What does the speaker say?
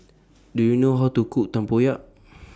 Do YOU know How to Cook Tempoyak